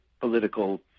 political